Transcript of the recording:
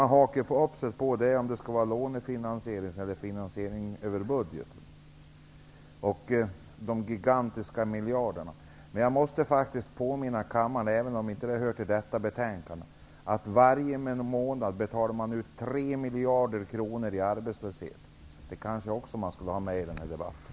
Man hakar upp sig på om det skall vara lånefinansiering eller om det skall vara finansiering över budgeten och på de gigantiska beloppen. Jag måste faktiskt påminna kammaren om -- även om det inte hör till denna debatt -- att man varje månad betalar ut 3 miljarder kronor i arbetslöshetsersättning. Det skulle man kanske också ha med i den här debatten.